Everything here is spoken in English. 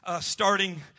starting